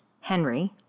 Henry